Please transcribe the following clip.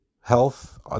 health